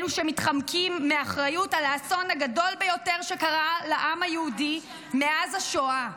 אלו שמתחמקים מהאחריות לאסון הגדול ביותר שקרה לעם היהודי מאז השואה.